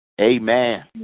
Amen